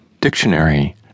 Dictionary